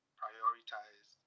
prioritize